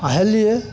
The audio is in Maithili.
आओर हेललिए